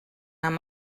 amb